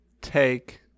take